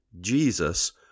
Jesus